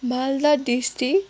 Malda district